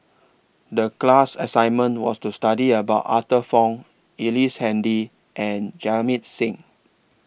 The class assignment was to study about Arthur Fong Ellice Handy and Jamit Singh